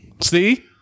See